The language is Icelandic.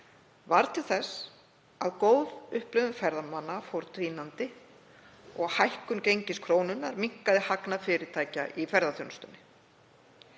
varð til þess að góð upplifun ferðamanna fór dvínandi og hækkun gengis krónunnar minnkaði hagnað fyrirtækja í ferðaþjónustu.